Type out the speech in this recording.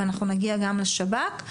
ואנחנו נגיע גם לשב"כ.